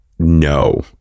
No